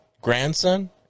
grandson